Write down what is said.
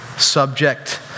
subject